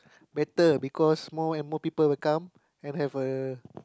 better because more and more people will come and have a